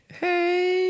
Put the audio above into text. Hey